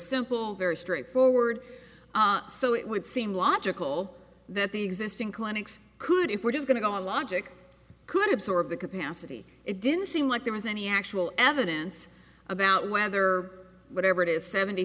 simple very straightforward so it would seem logical that the existing clinics could if it is going to logic could absorb the capacity it didn't seem like there was any actual evidence about whether whatever it is seventy